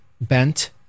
bent